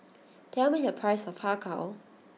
tell me the price of Har Kow